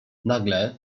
nagle